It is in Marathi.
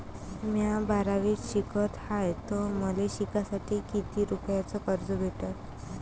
म्या बारावीत शिकत हाय तर मले शिकासाठी किती रुपयान कर्ज भेटन?